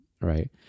Right